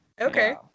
Okay